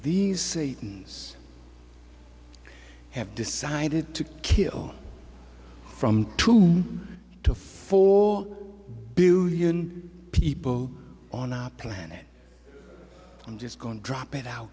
these satans have decided to kill from two to four billion people on our planet i'm just going drop it